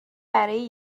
برای